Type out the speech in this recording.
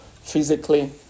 physically